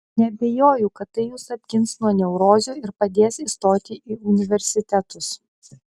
neabejoju kad tai jus apgins nuo neurozių ir padės įstoti į universitetus